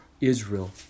Israel